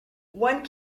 one